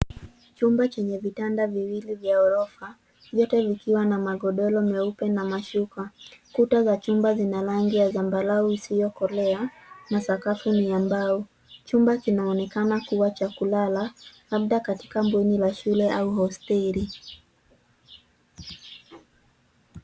Chumba chenye vitanda viwili vya ghorofa. Vyote vikiwa na magodoro meupe na mashuka. Kuta za chumba zina rangi ya zambarau isiyokolea na sakafu ni ya mbao. Chumba kinaonekana kuwa cha kulala labda katika bweni la shule au hosteli.